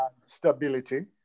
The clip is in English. stability